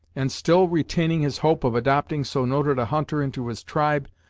and, still retaining his hope of adopting so noted a hunter into his tribe,